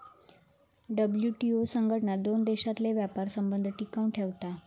WTO संघटना दोन देशांतले व्यापारी संबंध टिकवन ठेवता